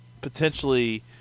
potentially